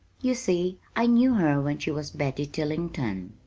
you see, i knew her when she was betty tillington.